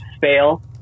fail